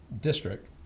district